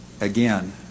Again